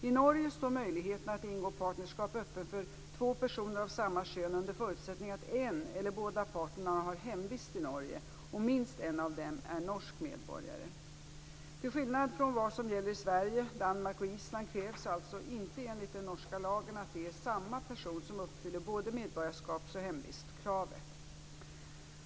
I Norge står möjligheten att ingå partnerskap öppen för två personer av samma kön under förutsättning att en eller båda parterna har hemvist i Norge, och minst en av dem är norsk medborgare. Till skillnad från vad som gäller i Sverige, Danmark och Island krävs alltså inte enligt den norska lagen att det är samma person som uppfyller både medborgarskaps och hemvistkravet.